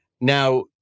Now